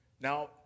Now